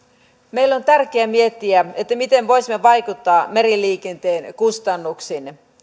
meillä on tärkeää miettiä miten voisimme vaikuttaa meriliikenteen kustannuksiin